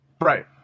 right